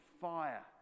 fire